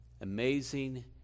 amazing